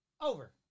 Over